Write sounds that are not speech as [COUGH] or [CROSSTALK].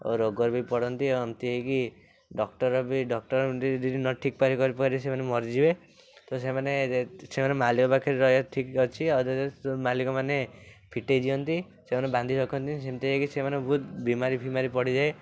ଓ ରୋଗରେ ବି ପଡ଼ନ୍ତି ଅନ୍ତି ହେଇକି ଡକ୍ଟର ବି ଡକ୍ଟର [UNINTELLIGIBLE] ଠିକ୍ କରିନପାରିବେ ସେମାନେ ମରିଯିବେ ତ ସେମାନେ ସେମାନେ ମାଲିକ ପାଖରେ ରହିବା ଠିକ୍ ଅଛି ଆଉ ଯଦି ମାଲିକ ମାନେ ଫିଟାଇ ଦିଅନ୍ତି ସେମାନେ ବାନ୍ଧି ରଖନ୍ତିନି ସେମିତି ହେଇକି ସେମାନେ ବହୁତ ବିମାରି ଫିମାରି ପଡ଼ିଯାଏ